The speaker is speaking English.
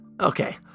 Okay